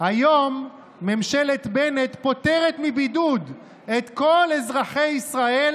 "היום ממשלת בנט פותרת מבידוד את כל אזרחי ישראל